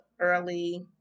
early